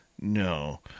No